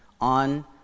on